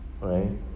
right